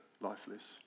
lifeless